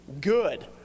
Good